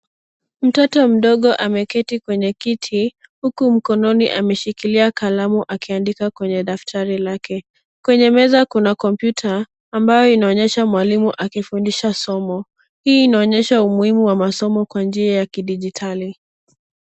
Mtoto mdogo ameketi kwenye kiti huku mkononi ameshikilia kalamu akiandika kwenye daftari lake, kwenye meza kuna kompyuta ambayo inaonyesha mwalimu akifundisha somo hii inaonyesha umuhimu wa masomo kwa njia ya kidijitali.